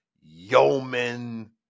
yeoman